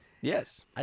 Yes